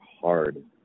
hard